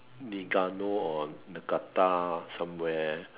Nigano or Niigata somewhere